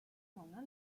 många